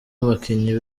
abakinnyi